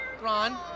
Ron